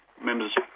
members